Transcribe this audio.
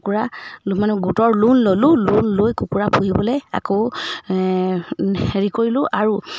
কুকুৰা মানে গোটৰ লোন ল'লোঁ লোন লৈ কুকুৰা পুহিবলৈ আকৌ হেৰি কৰিলোঁ আৰু